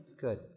Good